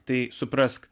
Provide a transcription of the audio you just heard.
tai suprask